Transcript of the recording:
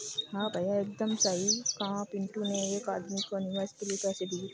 हां भैया एकदम सही कहा पिंटू ने एक आदमी को निवेश के लिए पैसे दिए